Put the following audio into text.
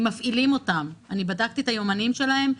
מפעילים אותם, בדקתי את היומנים שלהם.